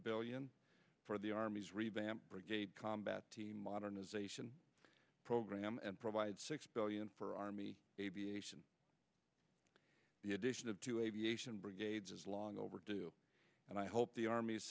billion for the army's revamped brigade combat team modernization program and provide six billion for army aviation the addition of two aviation brigades as long overdue and i hope the army